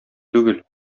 түгел